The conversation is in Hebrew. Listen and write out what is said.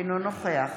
אינו נוכח